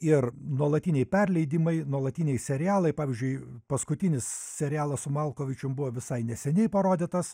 ir nuolatiniai perleidimai nuolatiniai serialai pavyzdžiui paskutinis serialas su malkovičium buvo visai neseniai parodytas